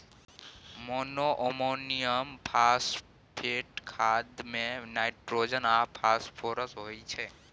monoammonium phosphate खाद मे nitrogen आ फास्फोरस होइ छै